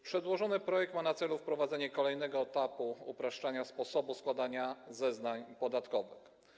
Przedłożony projekt ma na celu wprowadzenie kolejnego etapu upraszczania sposobu składania zeznań podatkowych.